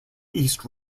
east